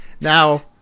now